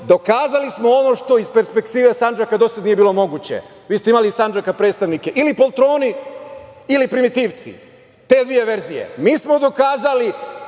dokazali smo ono što iz perspektive Sandžaka do sada nije bilo moguće. Vi ste imali iz Sandžaka predstavnike – ili poltroni ili primitivci, te dve verzije. Mi smo dokazali